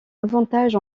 avantage